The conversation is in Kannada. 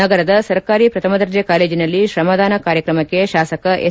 ನಗರದ ಸರ್ಕಾರಿ ಶ್ರಥಮ ದರ್ಜೆ ಕಾಲೇಜಿನಲ್ಲಿ ಶ್ರಮದಾನ ಕಾರ್ಯಕ್ರಮಕ್ಷೆ ಶಾಸಕ ಎಸ್